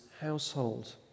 household